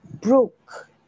broke